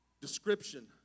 description